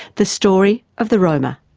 the story of the roma.